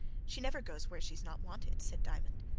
she never goes where she's not wanted, said diamond.